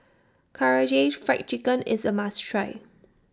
Karaage Fried Chicken IS A must Try